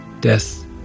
death